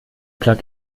plug